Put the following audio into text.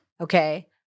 okay